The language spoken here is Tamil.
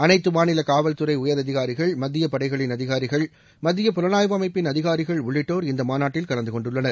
அனைத்து மாநில காவல்துறை உயர் அதிகாரிகள் மத்திய படைகளின் அதிகாரிகள் மத்திய புலனாய்வு அமைப்பின் அதிகாரிகள் உள்ளிட்டோர் இந்த மாநாட்டில் கலந்து கொண்டுள்ளனர்